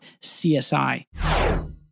CSI